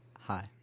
Hi